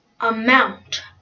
amount